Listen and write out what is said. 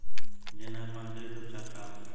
जनेरा पान करी तब उपचार का होखेला?